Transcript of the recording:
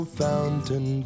fountain